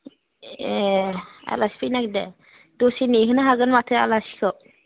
ए आलासि फैनो नागिरदो दसे नेहोनो हागोन माथो आलासिखौ